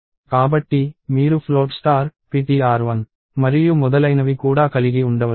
కాబట్టి మీరు float star ptr 1 మరియు మొదలైనవి కూడా కలిగి ఉండవచ్చు